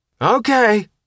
Okay